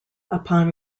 upon